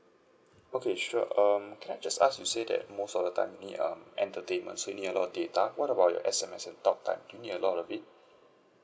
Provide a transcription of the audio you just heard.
okay sure um can I just ask you say that most of the time you need um entertainment so you need a lot data what about your S_M_S and talk time do you need a lot of it